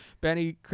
Benny